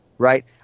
Right